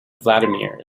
vladimir